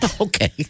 Okay